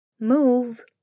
Move